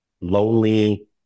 lonely